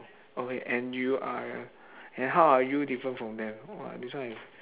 okay and you are and how are you different from them !wah! this one is